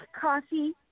coffee